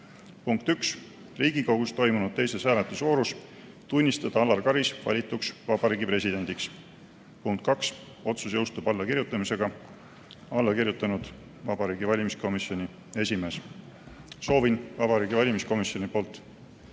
Punkt 1: Riigikogus toimunud teises hääletusvoorus tunnistada Alar Karis valituks Vabariigi Presidendiks. Punkt 2: otsus jõustub allakirjutamisega." Alla on kirjutanud Vabariigi Valimiskomisjoni esimees. Soovin Vabariigi Valimiskomisjoni poolt